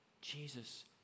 Jesus